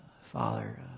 Father